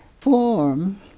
form